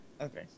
Okay